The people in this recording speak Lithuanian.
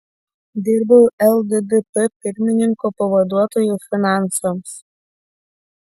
dirbau lddp pirmininko pavaduotoju finansams